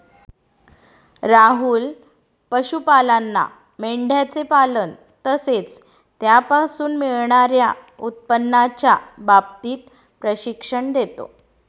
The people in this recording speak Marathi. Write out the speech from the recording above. राहुल पशुपालांना मेंढयांचे पालन तसेच त्यापासून मिळणार्या उत्पन्नाच्या बाबतीत प्रशिक्षण देतो